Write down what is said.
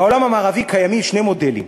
בעולם המערבי קיימים שני מודלים: